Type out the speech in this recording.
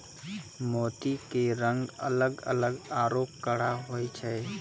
मोती के रंग अलग अलग आरो कड़ा होय छै